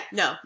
no